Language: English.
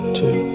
two